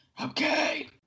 Okay